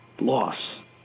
loss